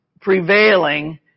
prevailing